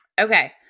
Okay